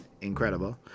Incredible